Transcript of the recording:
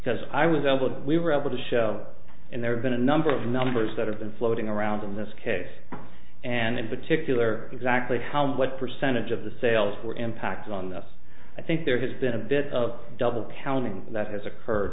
because i was able to we were able to show and there have been a number of numbers that have been floating around in this case and in particular exactly how what percentage of the sales were impact on this i think there has been a bit of double counting that has occurred